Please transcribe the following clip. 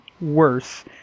worse